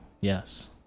yes